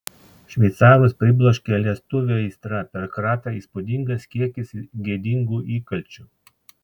šveicarus pribloškė lietuvio aistra per kratą įspūdingas kiekis gėdingų įkalčių